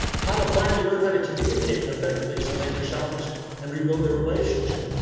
how to finally learn how to communicate and effectively so they can salvage and rebuild their relationship.